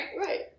Right